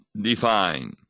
define